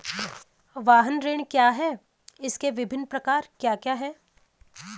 वाहन ऋण क्या है इसके विभिन्न प्रकार क्या क्या हैं?